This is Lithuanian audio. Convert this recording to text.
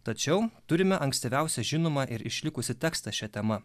tačiau turime ankstyviausią žinomą ir išlikusį tekstą šia tema